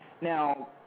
Now